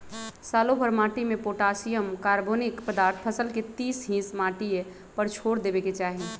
सालोभर माटिमें potassium, carbonic पदार्थ फसल के तीस हिस माटिए पर छोर देबेके चाही